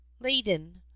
laden